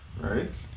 Right